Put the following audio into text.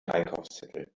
einkaufszettel